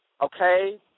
Okay